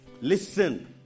listen